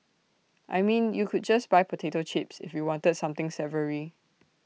I mean you could just buy potato chips if you wanted something savoury